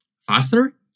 faster